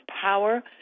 power